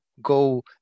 go